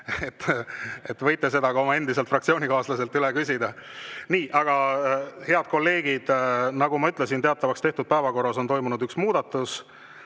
Võite seda oma endiselt fraktsioonikaaslaselt üle küsida. Head kolleegid, nagu ma ütlesin, teatavaks tehtud päevakorras on toimunud üks muudatus.